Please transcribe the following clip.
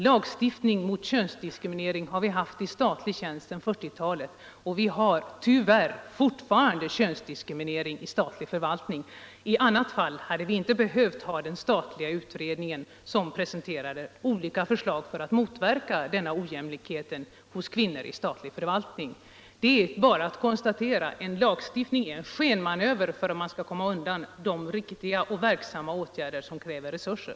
Lagstiftning mot könsdiskriminering har vi haft i statlig tjänst sedan 1940-talet, och vi har fortfarande könsdiskriminering i statlig förvaltning. I annat fall hade inte den statliga utredning behövts som presenterade olika förstag för att motverka denna ojämlikhet när det gäller kvinnor i statlig förvaltning. Det är bara att konstatera att en lagstiftning är en skenmanöver för att komma undan de riktiga och verksamma åtgärder som kräver resurser.